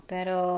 Pero